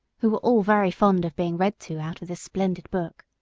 who were all very fond of being read to out of this splendid book